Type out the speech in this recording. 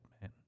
man